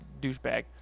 douchebag